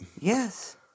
Yes